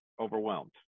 overwhelmed